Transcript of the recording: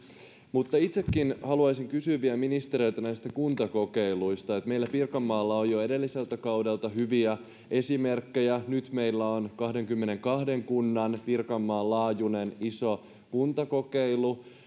mutta itsekin haluaisin kysyä vielä ministereiltä näistä kuntakokeiluista meillä pirkanmaalla on jo edelliseltä kaudelta hyviä esimerkkejä nyt meillä on kahdenkymmenenkahden kunnan pirkanmaan laajuinen iso kuntakokeilu